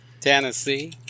Tennessee